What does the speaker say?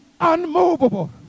unmovable